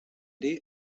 day